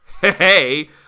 hey